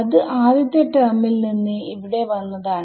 അത് ആദ്യത്തെ ടെർമിൽ നിന്ന് ഇവിടെ വന്നതാണ്